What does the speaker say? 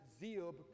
zeal